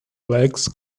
legs